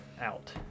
Out